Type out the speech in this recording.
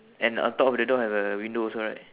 and on top of the door have a window also right